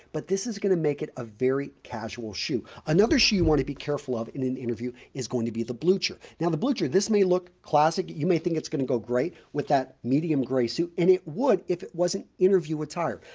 but this is going to make it a very casual shoe. another shoe you want to be careful of in an interview is going to be the blucher. now, the blucher, this may look classic, you may think it's going to go great with that medium gray suit and it would if it wasn't interview attire.